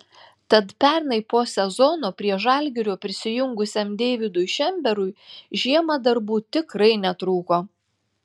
tad pernai po sezono prie žalgirio prisijungusiam deividui šemberui žiemą darbų tikrai netrūko